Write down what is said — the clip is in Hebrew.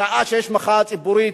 ראה שיש מחאה ציבורית,